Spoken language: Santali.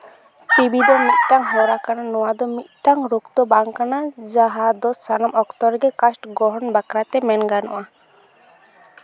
ᱴᱤ ᱵᱤ ᱫᱚ ᱢᱤᱫᱴᱟᱝ ᱦᱚᱨᱟ ᱠᱟᱱᱟ ᱱᱚᱣᱟ ᱫᱚ ᱢᱤᱫᱴᱟᱝ ᱨᱳᱜᱽ ᱫᱚ ᱵᱟᱝ ᱠᱟᱱᱟ ᱡᱟᱦᱟᱸ ᱫᱚ ᱥᱟᱱᱟᱢ ᱚᱠᱛᱚ ᱨᱮᱜᱮ ᱠᱟᱥᱴ ᱜᱚᱲᱦᱚᱱ ᱵᱟᱠᱷᱨᱟᱛᱮ ᱢᱮᱱ ᱜᱟᱱᱚᱜᱼᱟ